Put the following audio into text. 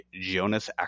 Jonas